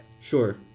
Sure